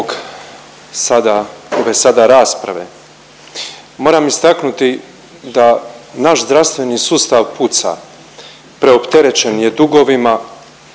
Hvala vam